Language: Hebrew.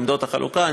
בעמדות החלוקה,